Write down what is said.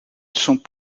sont